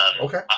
Okay